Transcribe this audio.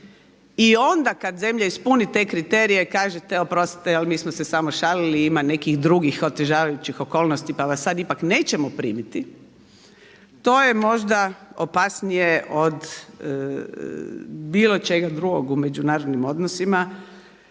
i onda kada zemlja ispuni te kriterije, kažete oprostiti ali mi smo se samo šalili ima nekih drugih otežavajući okolnosti pa vas sada ipak nećemo primiti, to je možda opasnije od bilo čega drugog u međunarodnim odnosima.